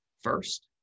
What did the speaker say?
first